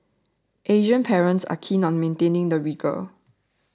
Asian parents are keen on maintaining the rigour